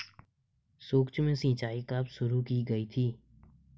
सूक्ष्म सिंचाई कब शुरू की गई थी?